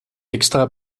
extra